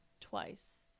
twice